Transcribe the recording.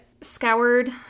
scoured